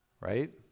right